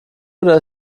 oder